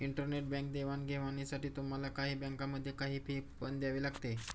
internet bank देवाणघेवाणीसाठी तुम्हाला काही बँकांमध्ये, काही फी पण द्यावी लागते